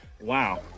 Wow